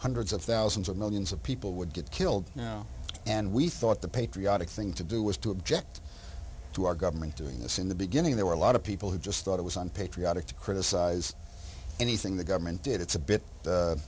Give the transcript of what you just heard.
hundreds of thousands of millions of people would get killed now and we thought the patriotic thing to do was to object to our government doing this in the beginning there were a lot of people who just thought it was unpatriotic to criticize anything the government did it's a bit